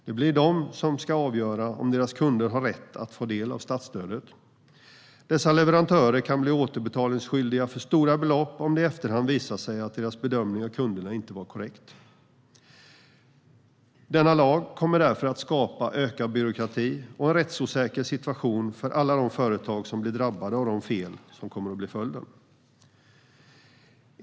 Det blir de som ska avgöra om deras kunder har rätt att få del av statsstödet. Dessa leverantörer kan bli återbetalningsskyldiga för stora belopp om det i efterhand visar sig att deras bedömning av kunderna inte var korrekt. Denna lag kommer därför att skapa ökad byråkrati och en rättsosäker situation för alla de företag som blir drabbade av de fel som kommer att bli följden.